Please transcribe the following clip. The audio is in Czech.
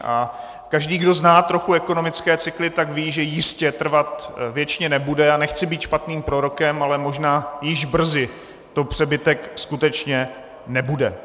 A každý, kdo zná trochu ekonomické cykly, tak ví, že jistě trvat věčně nebude, a nechci být špatným prorokem, ale možná již brzy to přebytek skutečně nebude.